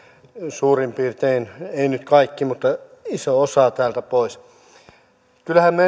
suurin piirtein ei nyt kaikki mutta iso osa pois kyllähän me